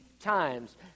times